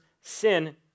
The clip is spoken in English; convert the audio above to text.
sin